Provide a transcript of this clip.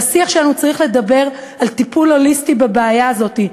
והשיח שלנו צריך לדבר על טיפול הוליסטי בבעיה הזאת.